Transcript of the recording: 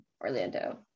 orlando